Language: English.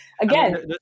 again